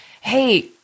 hey